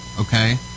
okay